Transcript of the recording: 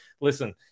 listen